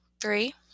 Three